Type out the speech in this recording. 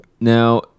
Now